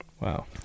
Wow